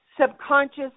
subconscious